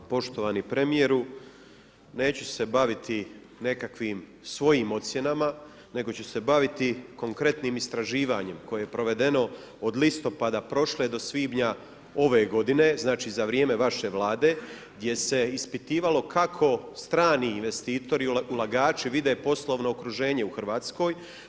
Poštovani premijeru neću se baviti nekakvim svojim ocjenama nego ću se baviti konkretnim istraživanjem koje je provedeno od listopada prošle do svibnja ove godine, znači za vrijeme vaše Vlade gdje se ispitivalo kako strani investitori, ulagači vide poslovno okruženje u Hrvatskoj.